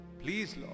please